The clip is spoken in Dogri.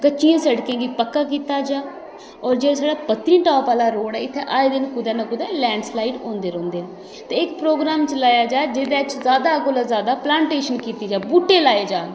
कच्चियें सड़कें गी पक्का कीता जा होर जेह्ड़ा साढ़ा पत्नीटॉप आह्ला रोड ऐ इत्थें आए दिन कुदै ना कुदै लैंड स्लाइड होंदी रौहंदे न ते एह् प्रोग्राम चलाया जाये जेह्दे च जादा कोला जादा प्लांटेशन कीती जा बूह्टे लाए जान